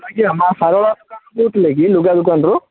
ଆଜ୍ଞା ମାଆ ଶାରଳା ଦୋକାନରୁ କହୁଥିଲେ କି ଲୁଗା ଦୋକାନରୁ